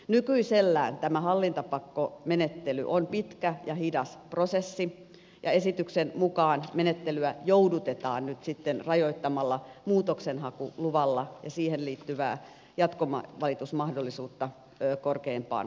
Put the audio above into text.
nykyisellään tämä hallintopakkomenettely on pitkä ja hidas prosessi ja esityksen mukaan menettelyä joudutetaan nyt sitten rajoittamalla muutoksenhakulupaa ja siihen liittyvää jatkovalitusmahdollisuutta korkeimpaan hallinto oikeuteen